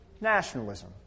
nationalism